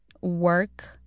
work